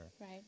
Right